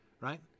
right